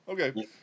okay